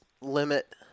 limit